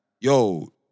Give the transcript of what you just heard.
yo